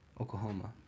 Oklahoma